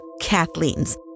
Kathleen's